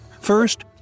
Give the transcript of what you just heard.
First